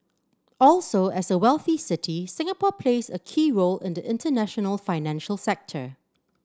also as a wealthy city Singapore plays a key role in the international financial sector